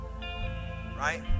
right